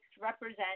represent